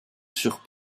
sur